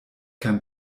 kein